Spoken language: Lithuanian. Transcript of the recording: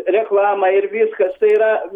reklama ir viskas tai yra